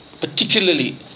particularly